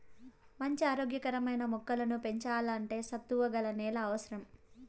మంచి ఆరోగ్య కరమైన మొక్కలను పెంచల్లంటే సత్తువ గల నేల అవసరం